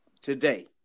today